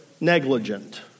negligent